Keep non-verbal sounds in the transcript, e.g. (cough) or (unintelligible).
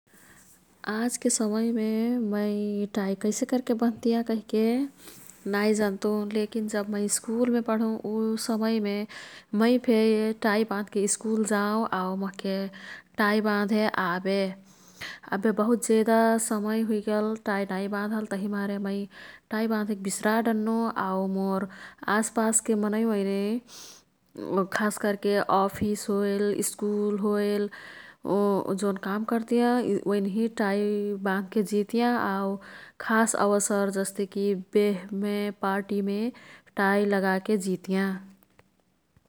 आजके समयमे मै टाई कैसेकर्के बंधतियाँ कैह्के नाई जन्तु। लेकिन् जब मै स्कुलमे पढुं ऊ समयमे मै फे टाई बाँधके स्कुल जाउँ। आऊ मोह्के टाई बाँधे आबे। अब्बे बहुत जेदा समय हुइगेल टाई नाई बाँधल। तभिमारे मैं टाई बाँधेक बिश्रा डन्नु। आऊ मोर् आसपासके मनैओइने (hesitation) खास कर्के अफिस होइल, स्कुल होइल (unintelligible) जोन काम कर्तियाँ (unintelligible) ओइनिही टाई बाँधके जितियाँ खास अवसर जस्तेकी बेहमे पार्टीमे टाई लगाके जितियाँ।